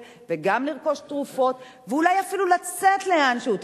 וגם לרכוש תרופות ואולי אפילו לצאת לאנשהו,